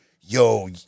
yo